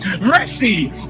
mercy